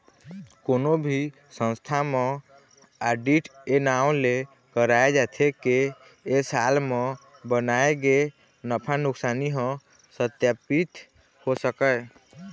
कोनो भी संस्था म आडिट ए नांव ले कराए जाथे के ए साल म बनाए गे नफा नुकसानी ह सत्पापित हो सकय